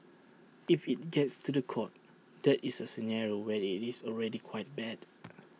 if IT gets to The Court that is A scenario where IT is already quite bad